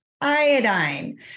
Iodine